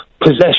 Possession